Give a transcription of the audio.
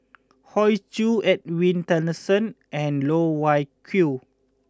Hoey Choo Edwin Tessensohn and Loh Wai Kiew